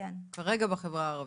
כרגע בחברה הערבית?